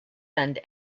and